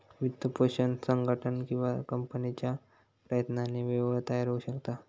वित्तपोषण संघटन किंवा कंपनीच्या प्रयत्नांनी वेळेवर तयार होऊ शकता